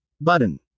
button